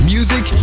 Music